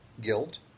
guilt